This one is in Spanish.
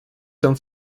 son